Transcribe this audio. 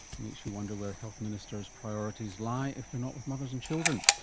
it makes you wonder where health ministers' priorities lie, if they're not with mothers and children.